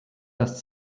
das